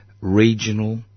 regional